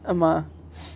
ஆமா:aama